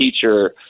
teacher